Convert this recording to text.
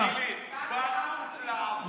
מתחילים: באנו לעבוד.